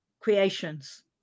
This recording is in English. creations